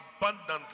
abundantly